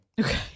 Okay